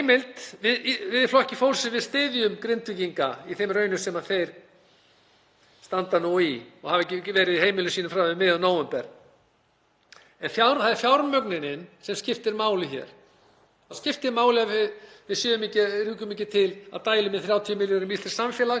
en það er fjármögnunin sem skiptir máli hér. Það skiptir máli að við rjúkum ekki til og dælum 30 milljörðum í íslenskt samfélag og að rétt sé að þessu staðið vegna áhrif á verðbólgu. Við verðum að ná niður verðbólgunni. Við verðum að gera það. Við verðum að ná stýrivöxtunum niður.